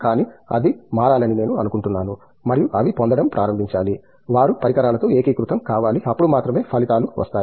కానీ అది మారాలని నేను అనుకుంటున్నాను మరియు అవి పొందడం ప్రారంభించాలి వారు పరికరాలతో ఏకీకృతం కావాలి అప్పుడు మాత్రమే ఫలితాలు వస్తాయి